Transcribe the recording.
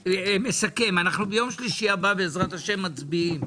מסכם, אנחנו ביום שלישי הבא בעזרת ה' מצביעים,